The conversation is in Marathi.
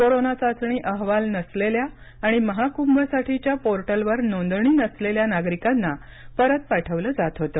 कोरोना चाचणी अहवाल नसलेल्या आणि महाकुंभसाठीच्या पोर्टलवर नोंदणी नसलेल्या नागरिकांना परत पाठवलं जात होतं